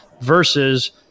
versus